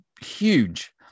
huge